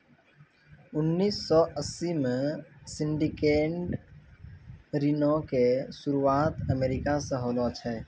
उन्नीस सौ अस्सी मे सिंडिकेटेड ऋणो के शुरुआत अमेरिका से होलो छलै